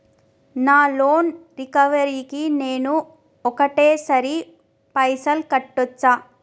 నా loan recovery కి నేను ఒకటేసరి పైసల్ కట్టొచ్చా?